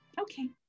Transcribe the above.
Okay